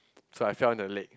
so I fell in the lake